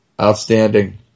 Outstanding